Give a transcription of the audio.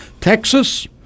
Texas